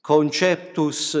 Conceptus